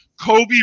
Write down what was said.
Kobe